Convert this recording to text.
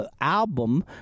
album